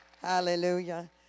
Hallelujah